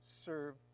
serve